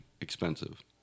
expensive